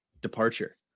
departure